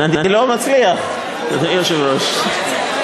אבל לא נותנים לו לפתוח.